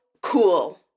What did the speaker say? cool